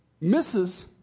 Misses